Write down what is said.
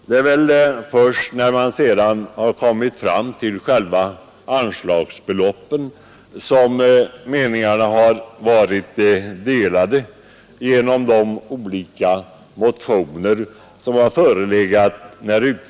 Det är först när man kommit fram till själva anslagsbeloppet som meningarna har varit delade genom de olika motioner som förelegat.